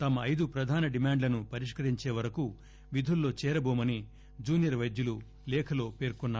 తమ ఐదు ప్రధాన డిమాండ్లను పరిష్కరించే వరకు విధుల్లో చేరబోమని జునియర్ వైద్యులు లేఖలో పర్కొన్నారు